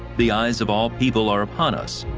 the eyes of all people are upon us.